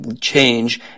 change